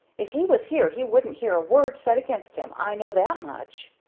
if he was here he wouldn't hear a word said against him, i know that much.